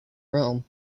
rome